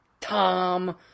Tom